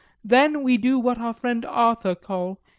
then we do what our friend arthur call,